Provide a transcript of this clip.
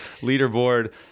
leaderboard